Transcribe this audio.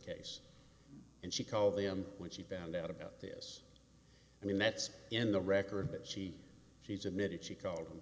case and she called him when she found out about this i mean that's in the record but she she's admitted she called him